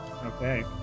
Okay